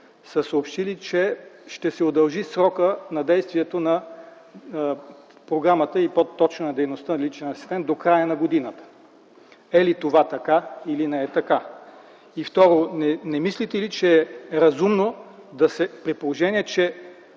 са съобщили, че ще се удължи срокът на действието на програмата и по-точно на дейността „личен асистент” до края на годината. Е ли това така или не е така? И второ, не мислите ли, че е разумно при положение на